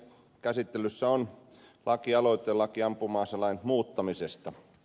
käsittelyssä on laki aloite ampuma aselain muuttamisesta